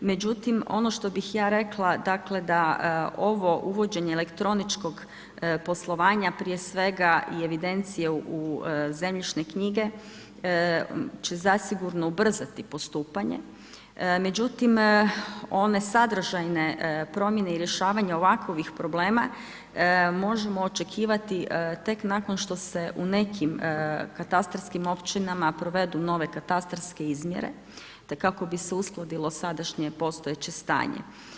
Međutim ono što bih ja rekla dakle da ovo uvođenje elektroničkog poslovanja prije svega i evidencije u zemljišne knjige će zasigurno ubrzati postupanje međutim one sadržajne promjene i rješavanja ovakvih problema možemo očekivati tek nakon što se u nekim katastarskim općinama provedu nove katastarske izmjere te kako bi se uskladilo sadašnje postojeće stanje.